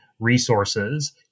resources